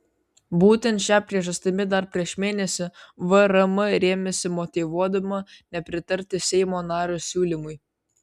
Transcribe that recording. būtent šia priežastimi dar prieš mėnesį vrm rėmėsi motyvuodama nepritarti seimo nario siūlymui